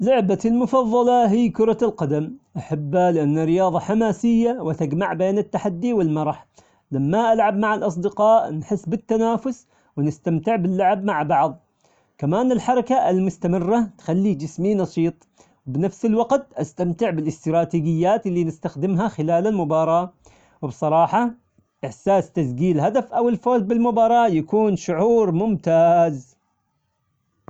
لعبتي المفظلة هي كرة القدم، أحبه لأن رياضة حماسية وتجمع بين التحدي والمرح، لما ألعب مع الأصدقاء نحس بالتنافس ونستمتع باللعب مع بعض، كمان الحركة المستمرة تخلي جسمي نشيط، بنفس الوقت أستمتع بالإستراتيجيات اللي نستخدم خلال المباراة، وبصراحة إحساس تسجيل هدف أو الفوز بالمباراة يكون شعور ممتاز.